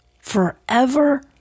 forever